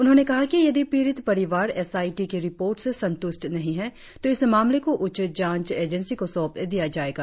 उन्होंने कहा कि यदि पीड़ित परिवार एस आई टी की रिपोर्ट से संतुष्ट नहीं है तो इस मामले को उच्च जांच एजेंसी को सौंप दिया जाएगा